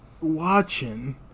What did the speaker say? watching